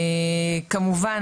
כמובן,